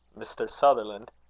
mr. sutherland!